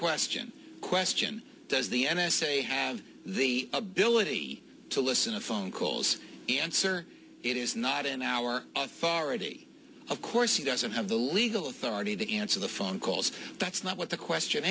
question question does the n s a have the ability to listen to phone calls answer it is not in our authority of course he doesn't have the legal authority the answer the phone calls that's not what the question